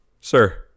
Sir